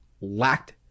lacked